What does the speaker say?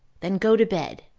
then go to bed,